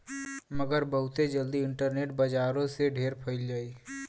मगर बहुते जल्दी इन्टरनेट बजारो से ढेर फैल जाई